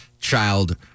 Child